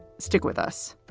stick with us